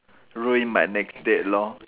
ruined my next date lor